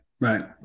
Right